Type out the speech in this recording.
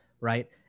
right